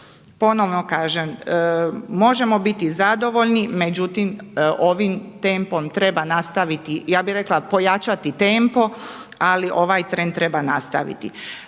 Ponovno kažem, možemo biti zadovoljni, međutim ovim tempom treba nastaviti, ja bih rekla pojačati tempo, ali ovaj trend trebamo nastaviti.